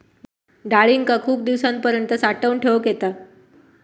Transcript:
डाळींका खूप दिवसांपर्यंत साठवून ठेवक येता